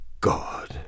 God